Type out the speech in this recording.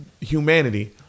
humanity